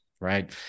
right